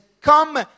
come